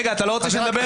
רגע, אתה לא רוצה שנדבר?